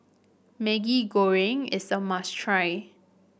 Maggi Goreng is a must try